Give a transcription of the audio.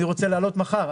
אני רוצה לעלות מחר.